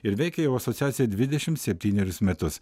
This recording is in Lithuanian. ir veikia jau asociacija dvidešim septynerius metus